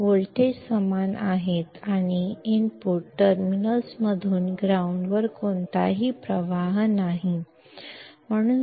ವೋಲ್ಟೇಜ್ಗಳು ಒಂದೇ ಆಗಿರುತ್ತವೆ ಮತ್ತು ಇನ್ಪುಟ್ ಟರ್ಮಿನಲ್ಗಳಿಂದ ಗ್ರೌಂಡ್ಗೆ ಯಾವುದೇ ಕರೆಂಟ್ ಹರಿಯುವುದಿಲ್ಲ ಎಂಬ ಅರ್ಥದಲ್ಲಿ